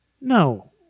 No